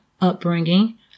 upbringing